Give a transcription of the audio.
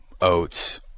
oats